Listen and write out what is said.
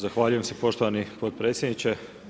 Zahvaljujem se poštovani potpredsjedniče.